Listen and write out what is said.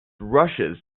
rushes